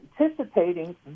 anticipating